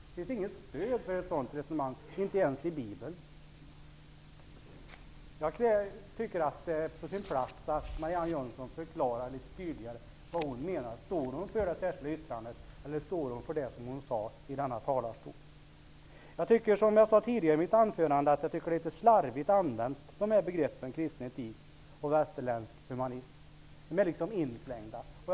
Det finns inget stöd för ett sådant resonemang, inte ens i Bibeln. Jag tycker att det vore på sin plats att Marianne Jönsson förklarade sig litet tydligare. Står hon för det särskilda yttrandet, eller står hon för det som sade i denna talarstol? Som jag sade i mitt anförande tycker jag att begreppet kristen etik och västerländsk humanism används litet slarvigt.